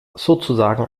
sozusagen